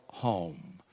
Home